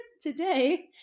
today